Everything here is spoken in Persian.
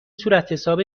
صورتحساب